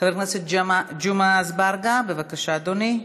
חבר הכנסת ג'מעה אזברגה, בבקשה, אדוני.